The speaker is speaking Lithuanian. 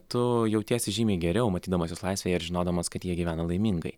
tu jautiesi žymiai geriau matydamas jus laisvėje ir žinodamas kad jie gyvena laimingai